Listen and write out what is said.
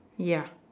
ya